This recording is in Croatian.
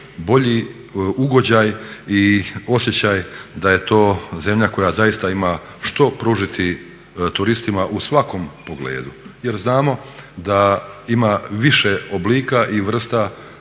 bolji ugođaj i osjećaj da je to zemlja koja zaista ima što pružiti turistima u svakom pogledu. Jer znamo da ima više oblika i vrsta